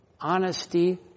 honesty